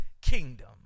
kingdom